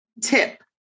tip